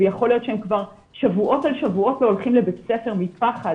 ויכול להיות שהם כבר שבועות על שבועות לא הולכים לבית הספר מפחד